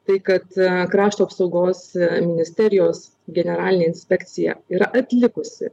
tai kad krašto apsaugos ministerijos generalinė inspekcija yra atlikusi